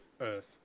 Earth